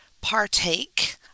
partake